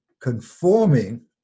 conforming